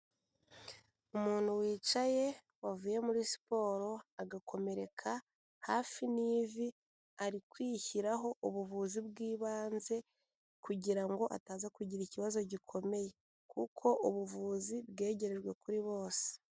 Umuntu wicaye wavuye muri siporo agakomereka hafi n'ivi, ari kwishyiraho ubuvuzi bw'ibanze kugira ngo ataza kugira ikibazo gikomeye kuko ubuvuzi bwegerejwe kuri bose.